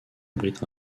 abrite